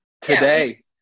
today